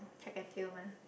track and field mah